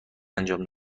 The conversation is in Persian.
انجام